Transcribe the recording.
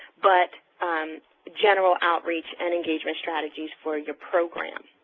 but general outreach and engagement strategies for your program.